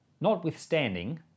Notwithstanding